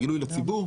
הגילוי לציבור,